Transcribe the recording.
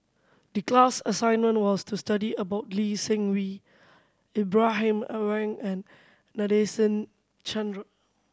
the class assignment was to study about Lee Seng Wee Ibrahim Awang and Nadasen Chandra